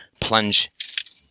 plunge